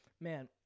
man